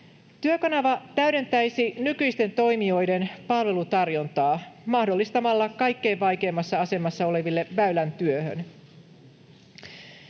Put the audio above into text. Työkanava täydentäisi nykyisten toimijoiden palvelutarjontaa mahdollistamalla kaikkein vaikeimmassa asemassa oleville väylän työhön.